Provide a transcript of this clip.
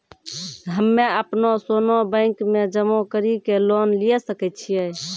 हम्मय अपनो सोना बैंक मे जमा कड़ी के लोन लिये सकय छियै?